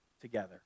together